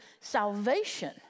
salvation